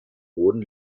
boden